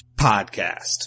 podcast